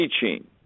teaching